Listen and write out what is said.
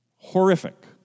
Horrific